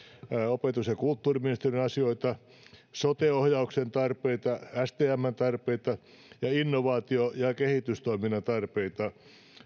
opetus ja kulttuuriministeriön asioita sote ohjauksen tarpeita stmn tarpeita sekä innovaatio ja kehitystoiminnan tarpeita